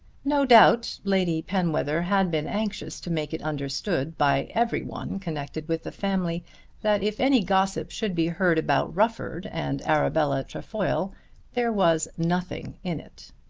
no doubt lady penwether had been anxious to make it understood by every one connected with the family that if any gossip should be heard about rufford and arabella trefoil there was nothing in it.